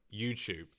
YouTube